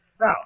Now